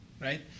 right